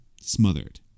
smothered